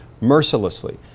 mercilessly